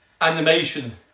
animation